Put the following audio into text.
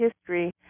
history